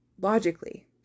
Logically